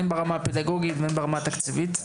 הן ברמה הפדגוגית והן ברמה התקציבית.